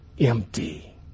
empty